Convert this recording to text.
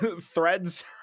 threads